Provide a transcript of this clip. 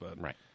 Right